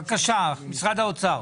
בבקשה, משרד האוצר.